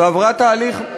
ועברה תהליך,